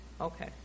Okay